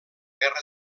guerra